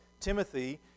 Timothy